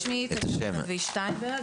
שמי טליה בן אבי שטיינברג,